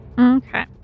Okay